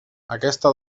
aquesta